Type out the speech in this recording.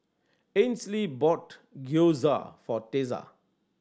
Ainsley bought Gyoza for Tessa